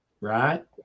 right